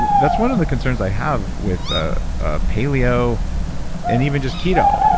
and that's one of the concerns i have with ah ah paleo and even just keto.